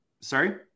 Sorry